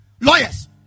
lawyers